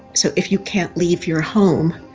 so if you can't leave your home,